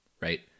right